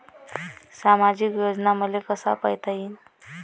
सामाजिक योजना मले कसा पायता येईन?